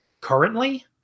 currently